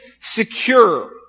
secure